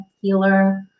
healer